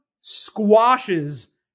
squashes